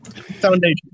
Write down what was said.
Foundation